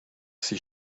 see